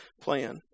plan